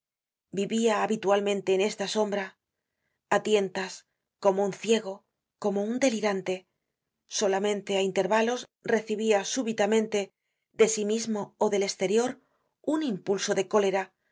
vivia habitualmente en esta sombra á tientas como un ciego como un delirante solamente á intervalos recibia súbitamente de sí mismo ó del esterior un impulso de cólera